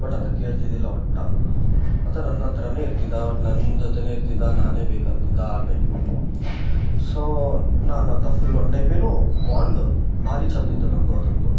ಆ ಬಟ್ ಆತ ಕೇಳ್ತಿದಿಲ್ಲ ಒಟ್ಟ ಆತ ನನ್ನ ಹತ್ರನೇ ಇರ್ತಿದ್ದ ಒಟ್ಟು ನನ್ಜೊತೆನೇ ಇರ್ತಿದ್ದ ನಾನೇ ಬೇಕಂತಿದ್ದ ಆ ಟೈಪು ಸೊ ನಾನಾತ ಫುಲ್ ಒಂದು ಟೈಪೇನು ಬಾಂಡು ಭಾರಿ ಚಂದಿತ್ತು ನನ್ನದು ಆತಂದು